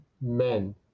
men